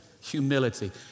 Humility